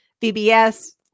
VBS